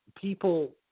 people